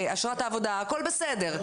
אשרת העבודה, הכל בסדר.